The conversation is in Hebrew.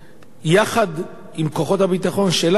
יחד עם כוחות הביטחון שלנו,